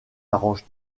arrange